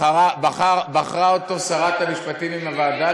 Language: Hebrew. שבחרה אותו שרת המשפטים עם הוועדה,